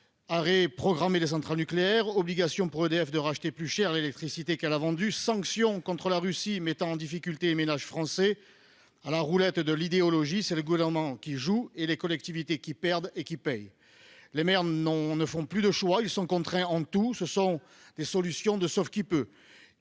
Arrêt programmé des centrales nucléaires, obligation pour EDF de racheter plus cher l'électricité qu'elle a vendue, sanctions contre la Russie mettant en difficulté les ménages français : à la roulette de l'idéologie, c'est le Gouvernement qui joue et les collectivités qui perdent et qui paient. Les maires ne font plus de choix ; ils sont contraints en tout et cherchent des solutions de sauve-qui-peut.